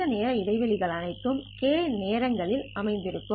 இந்த நேர இடைவெளிகள் அனைத்தும் k நேரங்களில் அமைந்துள்ளது